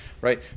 right